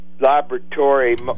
laboratory